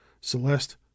Celeste